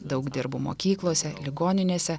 daug dirbau mokyklose ligoninėse